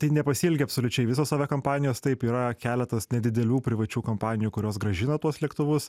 tai nepasielgė absoliučiai visos aviakompanijos taip yra keletas nedidelių privačių kompanijų kurios grąžino tuos lėktuvus